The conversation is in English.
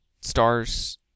stars